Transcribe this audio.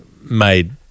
made